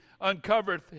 uncovered